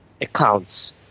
accounts